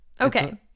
Okay